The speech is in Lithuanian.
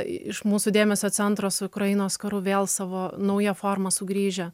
iš mūsų dėmesio centro su ukrainos karu vėl savo nauja forma sugrįžę